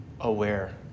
aware